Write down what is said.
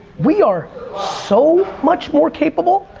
we are so much more capable,